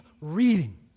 reading